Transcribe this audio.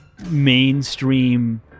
mainstream